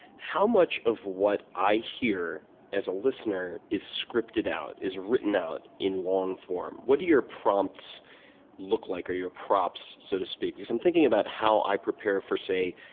how much of what i hear as a listener is scripted out, is written out in long form? what do your prompts look like, or your props, so to speak? because i'm thinking about how i prepare for, say,